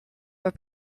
were